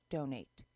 Donate